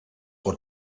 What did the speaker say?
por